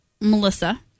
Melissa